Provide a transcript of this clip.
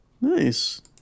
Nice